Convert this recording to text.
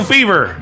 Fever